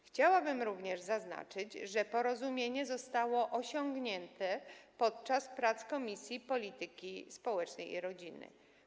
Chciałabym również zaznaczyć, że porozumienie zostało osiągnięte podczas prac Komisji Polityki Społecznej i Rodziny.